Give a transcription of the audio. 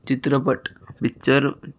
चित्रपट पिच्चर